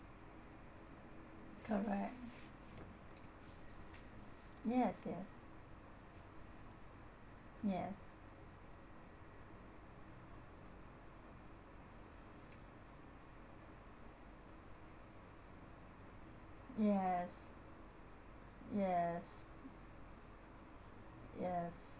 correct yes yes yes yes yes yes